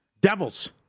Devils